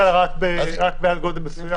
מנכ"ל רק מעל גודל מסוים.